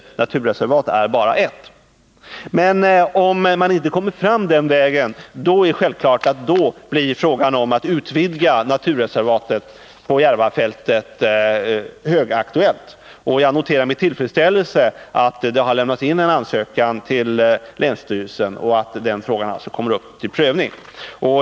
Inrättande av naturreservat är bara en möjlighet. Om man inte kommer fram den vägen blir självfallet frågan om att utvidga naturreservatet på Järvafältet högaktuell. Jag noterar med tillfredsställelse att det har lämnats in en ansökan om detta till länsstyrelsen och att den frågan alltså kommer upp till prövning.